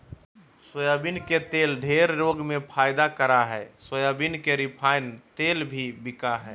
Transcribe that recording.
soybean के तेल ढेर रोग में फायदा करा हइ सोयाबीन के रिफाइन तेल भी बिका हइ